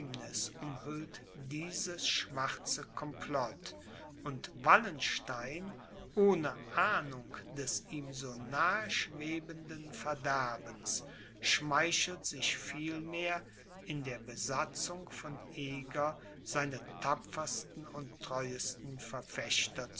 umhüllt dieses schwarze complot und wallenstein ohne ahnung des ihm so nahe schwebenden verderbens schmeichelt sich vielmehr in der besatzung von eger seine tapfersten und treuesten